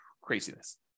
Craziness